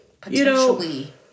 potentially